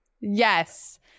yes